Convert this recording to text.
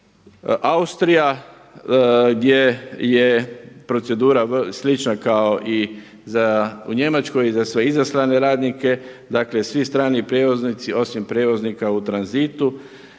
Austrija gdje je procedura slična kao i u Njemačkoj za sve izaslane radnike, dakle svi strani prijevoznici osim prijevoznika u tranzitu